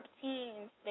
teens